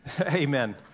Amen